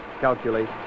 calculate